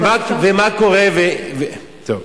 ומה קורה, טוב.